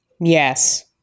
Yes